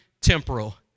Temporal